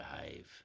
behave